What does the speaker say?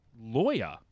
lawyer